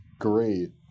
great